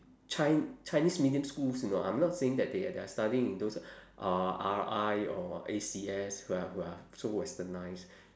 chi~ chinese medium schools you know I'm not saying that they are they are studying in those uh R_I or A_C_S who are who are so westernised